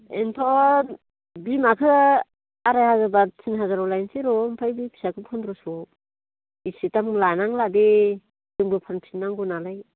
nth' बिमाखो आराय हाजारबा तिनहाजाराव लायसै र' आमफाय बै फिसाखौ फन्द्रस' एसे दाम लानांला दे जोंबो फानफिन नांगौ नालाय